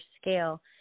scale